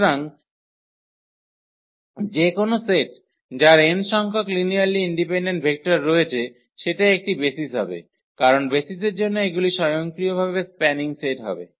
সুতরাং যে কোনও সেট যার n সংখ্যক লিনিয়ারলি ইন্ডিপেন্ডেন্ট ভেক্টর রয়েছে সেটা একটি বেসিস হবে কারণ বেসিসের জন্য এগুলি স্বয়ংক্রিয়ভাবে স্প্যানিং সেট হবে